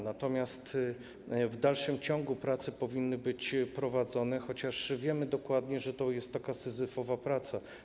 Natomiast w dalszym ciągu prace powinny być prowadzone, chociaż wiemy dokładnie, że to jest syzyfowa praca.